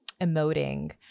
emoting